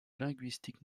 linguistique